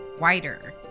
wider